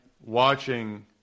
watching